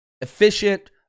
Efficient